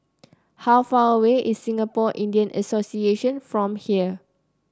how far away is Singapore Indian Association from here